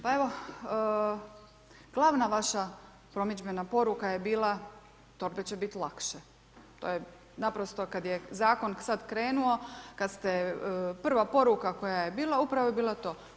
Pa evo, glavna vaša promidžbena poruka je bila „Torbe će biti lakše“, to je naprosto kad je zakon sad krenuo, kad ste, prva poruka koje je bila, upravo je bilo to.